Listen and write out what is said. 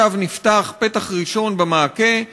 עכשיו נפתח פתח ראשון במעקה,